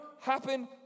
happen